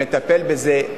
מטפל בזה.